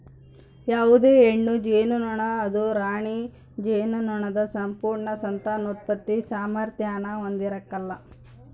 ಯಾವುದೇ ಹೆಣ್ಣು ಜೇನುನೊಣ ಅದು ರಾಣಿ ಜೇನುನೊಣದ ಸಂಪೂರ್ಣ ಸಂತಾನೋತ್ಪತ್ತಿ ಸಾಮಾರ್ಥ್ಯಾನ ಹೊಂದಿರಕಲ್ಲ